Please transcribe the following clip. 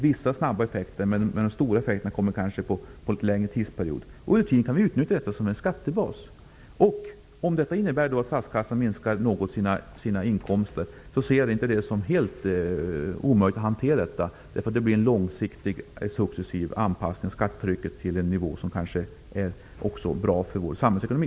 Vissa effekter sker snabbt, men de stora effekterna kommer efter en litet längre tid. Under tiden kan vi då utnyttja detta som en skattebas. Om detta innebär att statskassan något minskar sina inkomster, ser jag inte det som helt omöjligt att hantera, eftersom det blir fråga om en långsiktig, successiv anpassning av skattetrycket till en nivå som också är bra för vår samhällsekonomi.